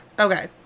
okay